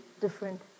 different